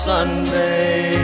Sunday